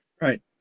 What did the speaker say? Right